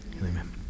Amen